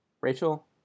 Rachel